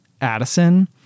Addison